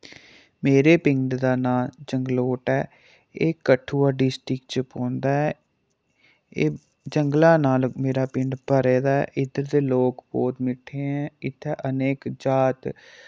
मेरे पिंड दा नां जंगलोट ऐ एह् कठुआ डिस्टिक च पौंदा ऐ एह् जंगलां नाल मेरा पिंड भरे दा ऐ इद्धर दे लोक बोह्त मिट्ठे ऐं इत्थैं अनेक जात